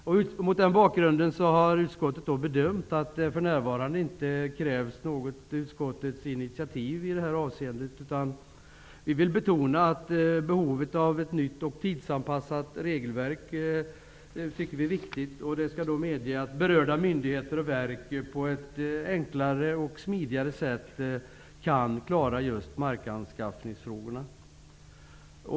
Utskottet har mot den bakgrunden bedömt att det för närvarande inte krävs något utskottets initiativ i detta avseende. Dock vill utskottet betona behovet av ett nytt och tidsanpassat regelverk. Det skall medge att berörda myndigheter och verk på ett enklare och smidigare sätt kan klara anskaffning av mark.